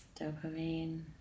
dopamine